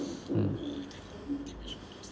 mm